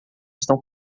estão